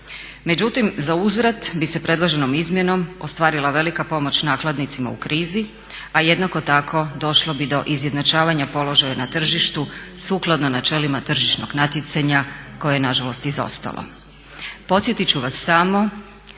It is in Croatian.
Međutim, zauzvrat bi se predloženom izmjenom ostvarila velika pomoć nakladnicima u krizi, a jednako tako došla bi do izjednačavanja položaja na tržištu sukladno načelima tržišnog natjecanja koje je na žalost izostalo.